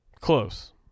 Close